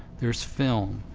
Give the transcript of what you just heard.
there's film,